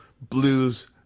blues